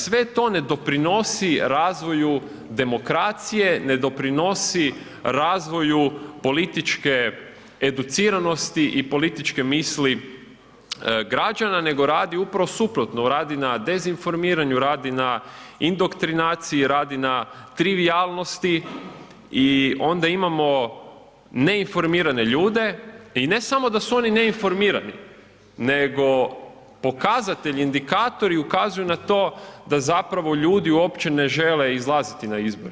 Sve to ne doprinosi razviju demokracije, ne doprinosi razvoju političke educiranosti i političke misli građana nego radi upravo suprotno, radi na dezinformiranju, radi na indoktrinaciji, radi na trivijalnosti i onda imamo neinformirane ljude i ne samo da su oni neinformirani nego pokazatelji, indikatori ukazuju na to da zapravo ljudi uopće žele izlaziti na izbore.